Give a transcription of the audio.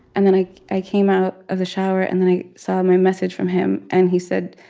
and then i i came out of the shower and then i saw my message from him, and he said,